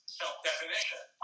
self-definition